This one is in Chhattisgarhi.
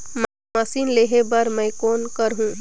मशीन लेहे बर मै कौन करहूं?